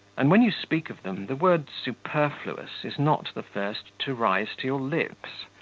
and when you speak of them, the word superfluous is not the first to rise to your lips.